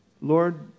Lord